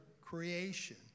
creation